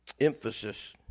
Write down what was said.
emphasis